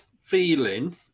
feeling